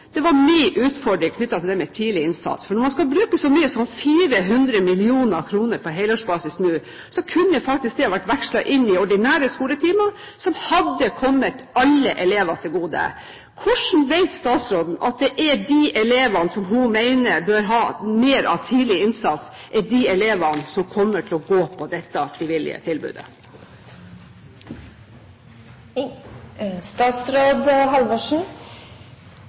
var min utfordring knyttet til det med tidlig innsats. Når man nå skal bruke så mye som 400 mill. kr på helårsbasis, kunne det vært vekslet inn i ordinære skoletimer, som hadde kommet alle elever til gode. Hvordan vet statsråden at det er de elevene som hun mener bør ha mer av tidlig innsats, som kommer til å benytte seg av dette frivillige tilbudet?